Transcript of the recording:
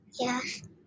Yes